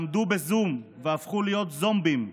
למדו בזום והפכו להיות זומבים,